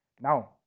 Now